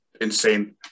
insane